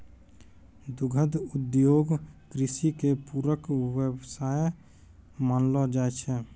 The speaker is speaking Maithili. दुग्ध उद्योग कृषि के पूरक व्यवसाय मानलो जाय छै